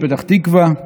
בפתח תקווה,